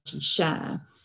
share